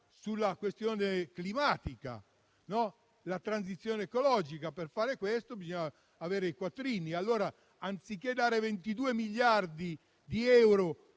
sulla questione climatica e transizione ecologica. Per fare questo bisogna avere i quattrini. Allora, anziché dare 22 miliardi di euro